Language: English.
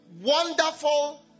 wonderful